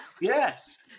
Yes